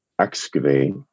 excavate